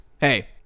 Hey